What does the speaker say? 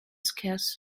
scarce